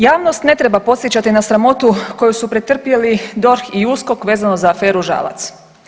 Javnost ne treba podsjećati na sramotu koju su pretrpjeli DORH i USKOK vezano za aferu Žalac.